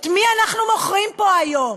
את מי אנחנו מוכרים פה היום,